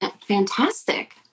fantastic